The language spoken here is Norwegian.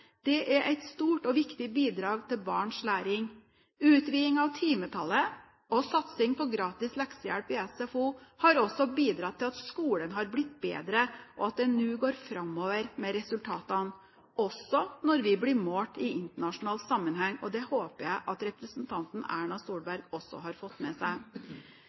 Det er et stort og viktig bidrag til barns læring. Utviding av timetallet og satsing på gratis leksehjelp i SFO har også bidratt til at skolen har blitt bedre, og at det nå går framover med resultatene, også når vi blir målt i internasjonal sammenheng. Det håper jeg at representanten Erna Solberg også har fått med seg.